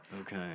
Okay